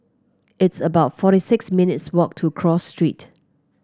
it's about forty six minutes walk to Cross Street